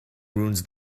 ruins